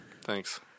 Thanks